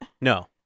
No